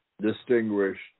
distinguished